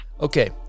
Okay